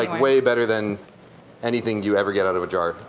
like way better than anything you ever get out of a jar.